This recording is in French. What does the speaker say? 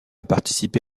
participé